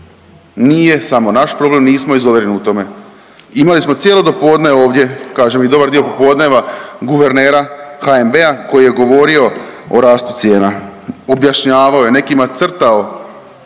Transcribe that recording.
nije samo naš problem, nismo izolirani u tome. Imali smo cijelo dopodne ovdje kažem i dobar dio popodneva guvernera HNB-a koji je govorio o rastu cijena, objašnjavao je, nekima crtao,